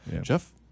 Jeff